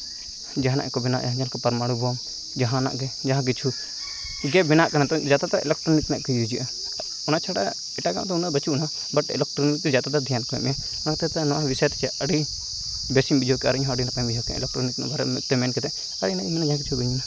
ᱡᱟᱦᱟᱸ ᱜᱮᱠᱚ ᱵᱮᱱᱟᱣᱮᱜᱼᱟ ᱡᱟᱦᱟᱱᱟᱜ ᱜᱮ ᱡᱟᱦᱟᱸ ᱠᱤᱪᱷᱩ ᱜᱮ ᱵᱮᱱᱟᱜ ᱠᱟᱱᱟ ᱡᱟᱫᱟ ᱛᱚ ᱤᱞᱮᱠᱴᱨᱚᱱᱤᱠ ᱨᱮᱭᱟᱜ ᱠᱚ ᱤᱭᱩᱡᱽ ᱮᱫᱟ ᱚᱱᱟ ᱪᱷᱟᱰᱟ ᱮᱴᱟᱜᱟᱜ ᱫᱚ ᱵᱟᱹᱱᱩᱜ ᱟᱱᱟ ᱵᱟᱴ ᱤᱞᱮᱠᱴᱨᱚᱱᱤᱠ ᱨᱮᱫᱚ ᱡᱟᱫᱟᱛᱚᱠ ᱫᱷᱮᱭᱟᱱ ᱠᱚ ᱮᱢ ᱮᱫᱟ ᱚᱱᱟ ᱦᱚᱛᱮᱡ ᱛᱮ ᱟᱹᱰᱤ ᱵᱮᱥ ᱤᱧ ᱵᱩᱡᱷᱟᱹᱣ ᱠᱮᱜᱼᱟ ᱟᱨ ᱤᱧᱦᱚᱸ ᱟᱹᱰᱤ ᱱᱟᱯᱟᱭᱤᱧ ᱵᱩᱡᱷᱟᱹᱣ ᱠᱮᱜᱼᱟ ᱤᱞᱮᱠᱴᱨᱚᱱᱤᱠ ᱨᱮᱭᱟᱜ ᱢᱤᱫᱴᱟᱝ ᱵᱟᱨᱭᱟ ᱢᱮᱱ ᱠᱟᱛᱮ ᱟᱨ ᱤᱱᱟᱹᱜ ᱜᱤᱧ ᱞᱟᱹᱭᱟ ᱡᱟ ᱠᱤᱪᱷᱩ ᱵᱟᱹᱧ ᱞᱟᱹᱭᱟ